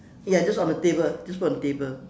ya just on the table just put on the table